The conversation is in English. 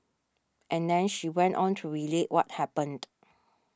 and then she went on to relate what happened